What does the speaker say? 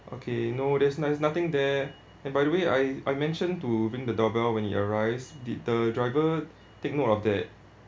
okay no that's no~ nothing there and by the way I I mention to ring the doorbell when he arrives the driver take note of that